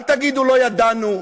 אל תגידו לא ידענו,